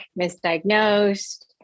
misdiagnosed